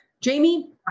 Jamie